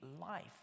life